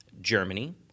Germany